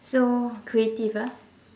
so creative ah